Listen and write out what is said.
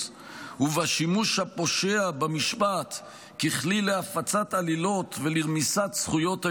ובשימוש הפושע במשפט ככלי להפצת עלילות ולרמיסת זכויות היהודים,